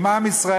אם עם ישראל,